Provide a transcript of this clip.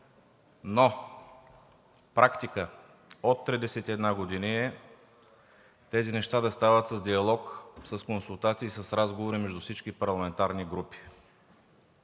но практика от 31 години е тези неща да стават с диалог, с консултации, с разговори между всички парламентарни групи.